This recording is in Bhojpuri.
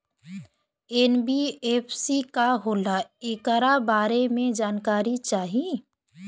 एन.बी.एफ.सी का होला ऐकरा बारे मे जानकारी चाही?